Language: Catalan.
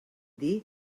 dir